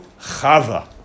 chava